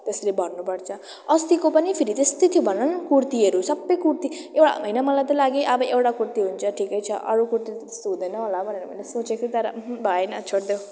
त्यसरी भन्नु पर्छ अस्तिको पनि फेरि त्यस्तै थियो भन न कुर्तीहरू सब कुर्ती एउटा होइन मलाई त लाग्यो अब एउटा कुर्ती हुन्छ ठिकै छ अरू कुर्ती त्यस्तो हुँदैन होला भनेर मैले सोचे थिएँ तर भएन छोड्देऊ